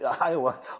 Iowa